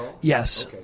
Yes